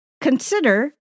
consider